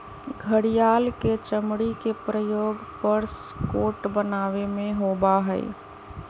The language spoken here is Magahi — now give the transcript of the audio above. घड़ियाल के चमड़ी के प्रयोग पर्स कोट बनावे में होबा हई